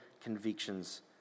convictions